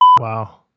wow